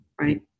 Right